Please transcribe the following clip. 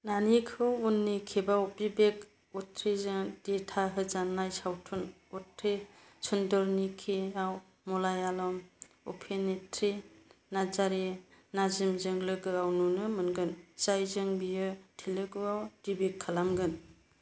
नानीखौ उननि खेबाव विवेक अत्रेयजों दिथा होजानाय सावथुन 'अंते सुंदरनिकी' आव मालयालम अभिनेत्री नाजरिया नजीमजों लोगोआव नुनो मोनगोन जायजों बियो तेलुगुआव देब्यु खालामगोन